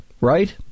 Right